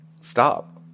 stop